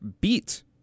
beat